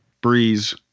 Breeze